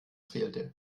fehlte